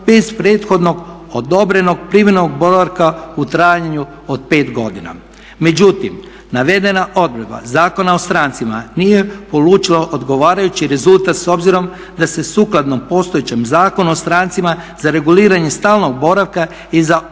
bez prethodno odobrenog privremenog boravka u trajanju od pet godina. Međutim navedena odredba Zakona o strancima nije polučila odgovarajući rezultat s obzirom da se sukladno postojećem Zakonu o strancima za reguliranje stalnog boravka i za ove